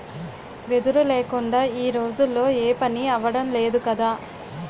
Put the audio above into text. వెదురు లేకుందా ఈ రోజుల్లో ఏపనీ అవడం లేదు కదా